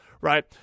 right